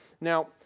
Now